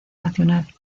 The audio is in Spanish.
nacional